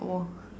wa~